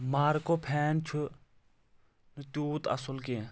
Marco فین چھُ تیوٗت اصل کینٛہہ